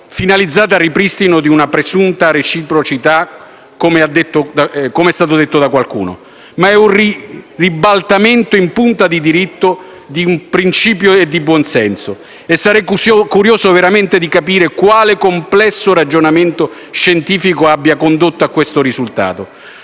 finalizzata al ripristino di una presunta reciprocità, come è stato detto da qualcuno, ma è un ribaltamento in punta di diritto, di principio e di buonsenso. E sarei veramente curioso di capire quale complesso ragionamento scientifico abbia condotto a questo risultato.